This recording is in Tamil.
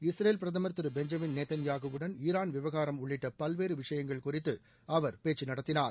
இஸ்ரேல் பிரதமர் திரு பெஞ்சமின்நோத்தன் யாகூவுடன் ஈரான் விவகாரம் உள்ளிட்ட பல்வேறு விஷயங்கள் குறித்து அவர் பேச்சு நடத்தினார்